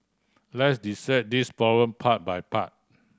let's dissect this problem part by part